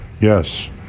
Yes